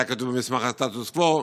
וזה היה כתוב במסמך הסטטוס קוו,